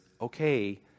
okay